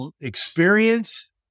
experience